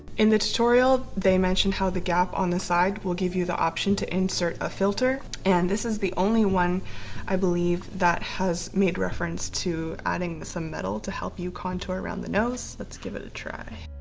in the tutorial they mentioned how the gap on the side will give you the option to insert a filter and this is the only one i believe, that has made reference to adding some metal to help you contour around the nose. let's give it a try.